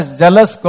jealous